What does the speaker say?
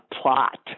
plot